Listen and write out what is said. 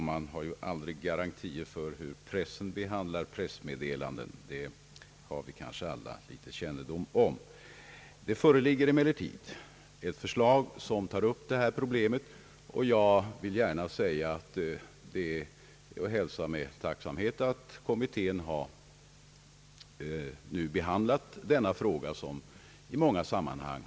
Man har ju aldrig några garantier för hur pressen behandlar pressmeddelanden. Det föreligger emellertid nu ett förslag som tar upp det problem, fru Hamrin-Thorell interpellerat om, och jag vill gärna säga att det är att hälsa med tillfredsställelse att kommittén har behandlat denna fråga som varit aktuell i många sammanhang.